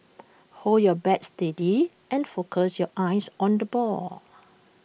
hold your bat steady and focus your eyes on the ball